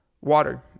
water